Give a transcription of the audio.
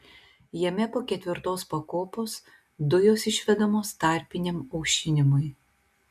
jame po ketvirtos pakopos dujos išvedamos tarpiniam aušinimui